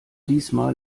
diesmal